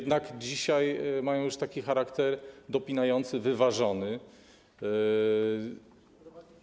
Dzisiaj mają już taki charakter dopinający, wyważony.